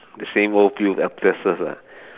the same old few episodes